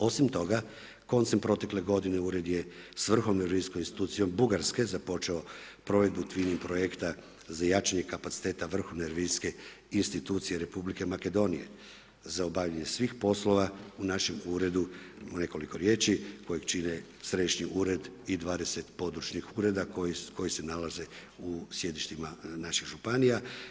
Osim toga, koncem protekle godine Ured je s vrhovnom revizijskom institucijom Bugarske započeo provedbu Twinnig projekta za jačanje kapaciteta vrhovne revizijske institucije Republike Makedonije za obavljanje svih poslova u našem uredu u nekoliko riječi kojeg čine središnji ured i 20 područnih ureda koji se nalaze u sjedištima naših županija.